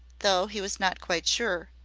though he was not quite sure.